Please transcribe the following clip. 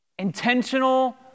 Intentional